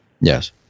Yes